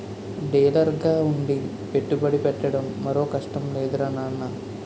డీలర్గా ఉండి పెట్టుబడి పెట్టడం మరో కష్టం లేదురా నాన్నా